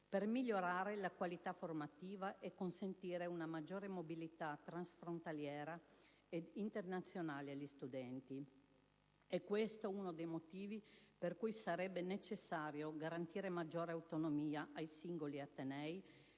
per migliorare la qualità formativa e consentire una maggiore mobilità transfrontaliera ed internazionale agli studenti. È questo uno dei motivi per cui sarebbe necessario garantire maggiore autonomia ai singoli atenei